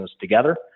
together